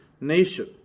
nation